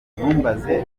ntumbaze